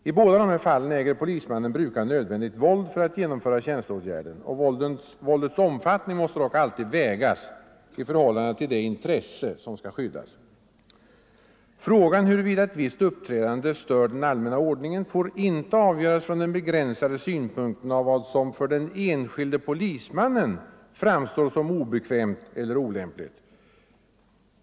I båda fallen äger polismannen bruka nödvändigt våld för att genomföra tjänsteåtgärden. Våldets omfattning måste dock alltid vägas i förhållande till det intresse som skall skyddas. Frågan huruvida ett visst uppträdande stör den allmänna ordningen får inte avgöras från den begränsade synpunkten av vad som för den enskilde polismannen framstår som obekvämt eller olämpligt.